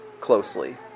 closely